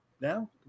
Now